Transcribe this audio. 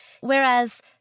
Whereas